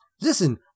Listen